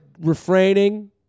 refraining